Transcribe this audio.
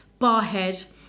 Barhead